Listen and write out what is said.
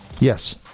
Yes